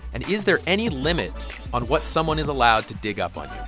and is there any limit on what someone is allowed to dig up on